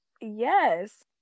Yes